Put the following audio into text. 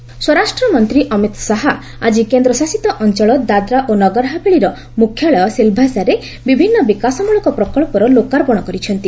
ଅମିତ ଶାହା ସ୍ୱରାଷ୍ଟ୍ରମନ୍ତ୍ରୀ ଅମିତ ଶାହା ଆଜି କେନ୍ଦ୍ରଶାସିତ ଅଞ୍ଚଳ ଦାଦ୍ରା ଓ ନଗରହାବେଳିର ମୁଖ୍ୟାଳୟ ସିଲ୍ଭାସାରେ ବିଭିନ୍ନ ବିକାଶମଳକ ପ୍ରକଳ୍ପର ଲୋକାର୍ପଣ କରିଛନ୍ତି